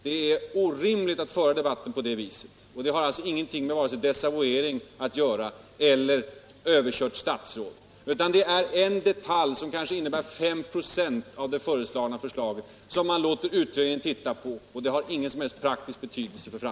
Det är orimligt att föra debatten på det viset, och det rör sig inte om vare sig desavuering eller överkört statsråd. Det gäller i stället en detalj som kanske utgör 5 96 av det ifrågavarande förslaget och som man låter utredningen se på.